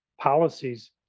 policies